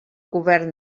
govern